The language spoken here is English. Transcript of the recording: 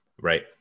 Right